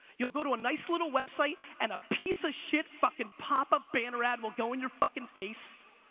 you'll go to a nice little website, and a piece of shit, fucking popup banner ad will go in your fucking face.